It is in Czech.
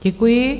Děkuji.